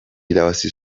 irabazi